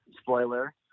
spoiler